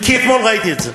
כי אתמול ראיתי את זה.